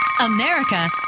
America